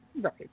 Right